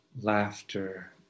laughter